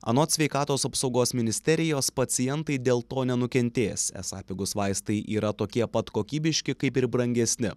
anot sveikatos apsaugos ministerijos pacientai dėl to nenukentės esą pigūs vaistai yra tokie pat kokybiški kaip ir brangesni